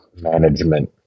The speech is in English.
management